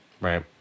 Right